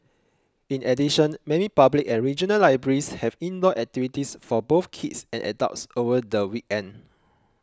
in addition many public and regional libraries have indoor activities for both kids and adults over the weekend